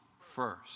first